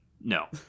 no